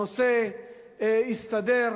הנושא הסתדר.